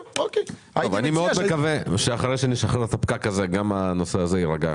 אני מקווה מאוד שאחרי שנשחרר את הפקק הזה גם הנושא הזה יירגע,